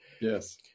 Yes